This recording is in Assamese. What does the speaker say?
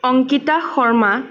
অংকিতা শৰ্মা